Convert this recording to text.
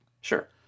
Sure